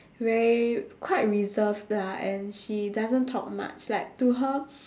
very quite reserved lah and she doesn't talk much like to her